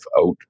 out